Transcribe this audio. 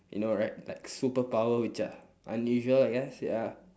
you know right like superpower which are unusual I guess ya